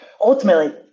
ultimately